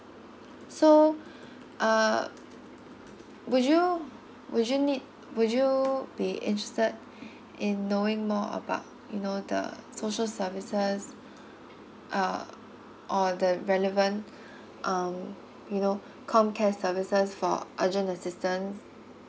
so uh would you would you need would you be interested in knowing more about you know the social services uh or the relevant um you know comcare services for urgent assistance